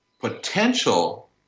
potential